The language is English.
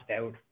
out